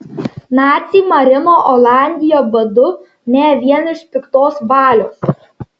naciai marino olandiją badu ne vien iš piktos valios